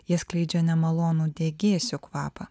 jie skleidžia nemalonų degėsių kvapą